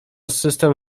system